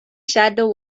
shadow